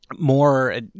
more